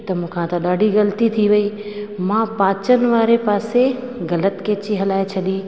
त मूंखां त ॾाढी ग़लिती थी वई मां पाचन वारे पासे ग़लति कैची हलाए छॾी